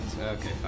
Okay